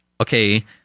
okay –